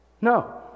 no